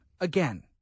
again